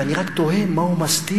ואני רק תוהה מה הוא מסתיר,